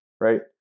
right